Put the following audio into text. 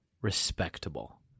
respectable